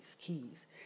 keys